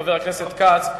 חבר הכנסת כץ,